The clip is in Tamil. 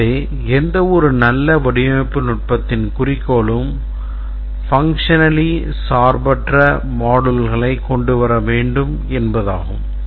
எனவே எந்தவொரு நல்ல வடிவமைப்பு நுட்பத்தின் குறிக்கோளும் functionally சார்பற்ற modules கொண்டு வர வேண்டும் என்பதாகும்